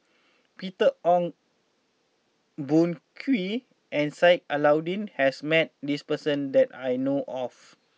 Peter Ong Boon Kwee and Sheik Alau'ddin has met this person that I know of